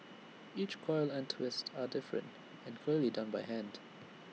each coil and twist are different and clearly done by hand